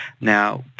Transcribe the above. Now